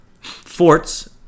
Forts